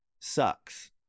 sucks